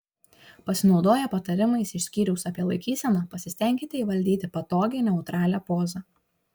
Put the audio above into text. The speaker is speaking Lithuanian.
pasinaudoję patarimais iš skyriaus apie laikyseną pasistenkite įvaldyti patogią neutralią pozą